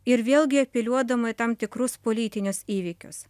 ir vėlgi apeliuodama į tam tikrus politinius įvykius